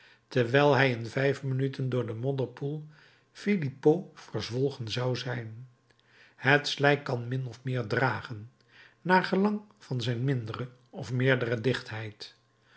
terwijl hij in vijf minuten door den modderpoel phélippeaux verzwolgen zou zijn het slijk kan min of meer dragen naar gelang van zijn mindere of meerdere dichtheid